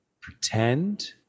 pretend